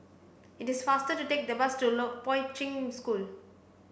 it is faster to take the bus to Long Poi Ching School